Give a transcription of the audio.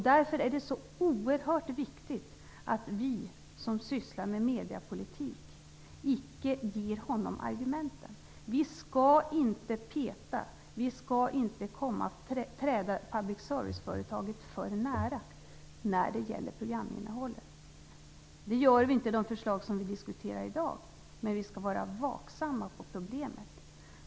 Därför är det oerhört viktigt att vi som sysslar med mediepolitik icke ger honom argumenten. Vi skall inte peta. Vi skall inte träda public serviceföretaget för nära när det gäller programinnehållet. Det gör vi inte i de förslag som vi diskuterar i dag. Men vi skall vara vaksamma på problemet.